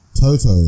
Toto